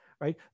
right